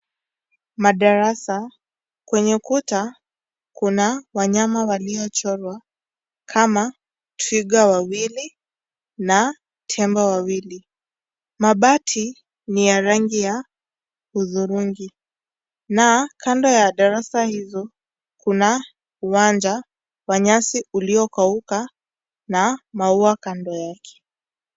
Madarasa; kwenye ukuta kuna wanyama walichorwa kama: twiga wawili na tembo wawili. Mabati ni ya rangi ya hudhurungi na kando ya darasa hizo kuna uwanja wa nyasi uliokauka na maua kando yake.